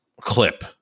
clip